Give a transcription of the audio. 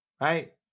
right